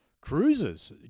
cruises